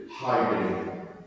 Hiding